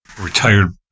retired